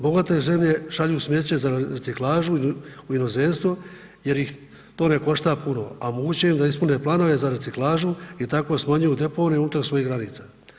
Bogate zemlje šalju smeće za reciklažu u inozemstvo jer ih to ne košta puno, a moguće da im ispune planove za reciklažu i tako smanjuju deponije unutar svojih granica.